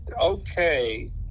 okay